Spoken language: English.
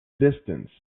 distance